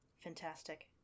Fantastic